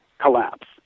Collapse